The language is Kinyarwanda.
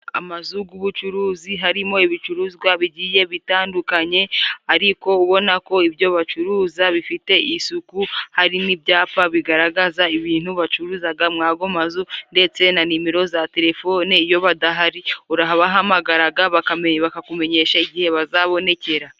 Amazu y'ubucuruzi harimo ibicuruzwa bigiye bitandukanye ariko ubona ko ibyo bacuruza bifite isuku harimo ibyapa bigaragaza ibintu bacururiza muri ayo mazu ndetse na nimero za telefone. Iyo badahari urabahamagara bakakumenyesha igihe bazabonekera.